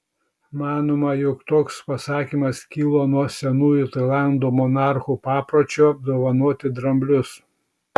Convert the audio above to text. manoma jog toks pasakymas kilo nuo senųjų tailando monarchų papročio dovanoti dramblius